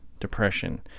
depression